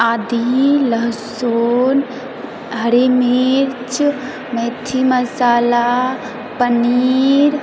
आदी लहसुन हरी मिर्च मेथी मसाला पनीर